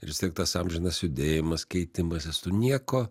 ir vis tiek tas amžinas judėjimas keitimasis tu nieko